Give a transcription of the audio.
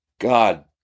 God